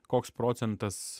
koks procentas